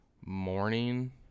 morning